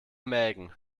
mägen